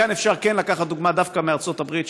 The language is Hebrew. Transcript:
וכאן אפשר כן לקחת דוגמה דווקא מארצות הברית,